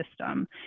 system